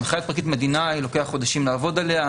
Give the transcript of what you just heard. הנחיית פרקליט המדינה, לוקח חודשים לעבוד עליה.